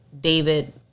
David